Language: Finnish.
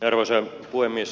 arvoisa puhemies